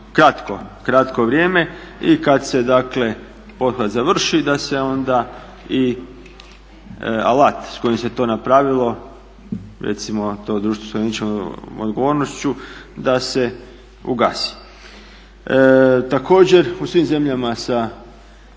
kratko vrijeme. I kada se dakle pothvat završi da se onda i alat s kojim se to napravilo, recimo to društvo sa ograničenom odgovornošću da se ugasi. Također u svim zemljama sa